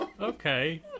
Okay